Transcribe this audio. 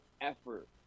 effort